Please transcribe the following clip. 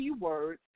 keywords